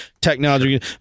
technology